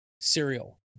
cereal